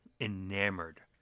enamored